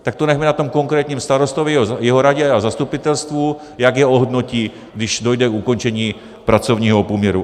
Tak to nechme na tom konkrétním starostovi, jeho radě a zastupitelstvu, jak je ohodnotí, když dojde k ukončení pracovního poměru.